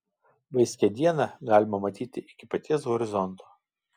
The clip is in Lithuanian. vaiskią dieną galima matyti iki paties horizonto